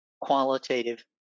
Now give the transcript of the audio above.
qualitative